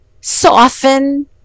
soften